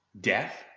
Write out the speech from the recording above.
Death